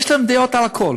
יש להם דעות על הכול.